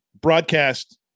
broadcast